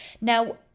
Now